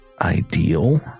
ideal